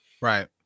right